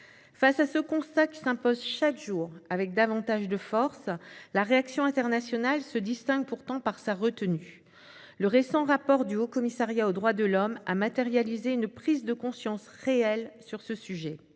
Face à ce constat, qui s'impose chaque jour avec davantage de force, la réaction internationale se distingue pourtant par sa retenue. Le récent rapport du Haut-Commissariat des Nations unies aux droits de l'homme a matérialisé une prise de conscience réelle sur le sujet.